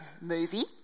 movie